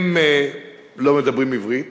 הם לא מדברים עברית,